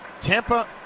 Tampa